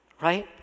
right